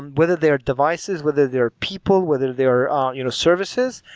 and whether they're devices, whether they're people, whether they are are you know services,